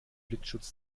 blitzschutz